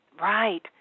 Right